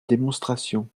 démonstration